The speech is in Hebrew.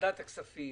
לוועדת הכספים